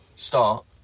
start